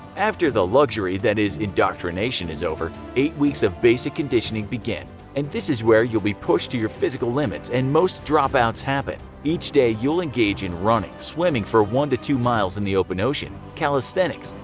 after the luxury that is indoctrination is over, eight weeks of basic conditioning begin, and this is where you will be pushed to your physical limits and most drop-outs happen. each day you will engage in running, swimming for one to two miles in the open ocean, calisthenics,